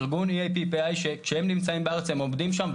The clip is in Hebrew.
ארגון EAPPI שכשהם נמצאים בארץ הם עובדים שם.